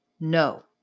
No